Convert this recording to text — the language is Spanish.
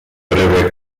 breve